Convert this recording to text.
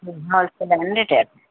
G wholesale and retail